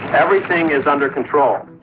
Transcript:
everything is under control.